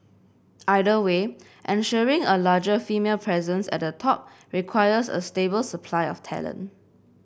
either way ensuring a larger female presence at the top requires a stable supply of talent